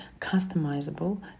customizable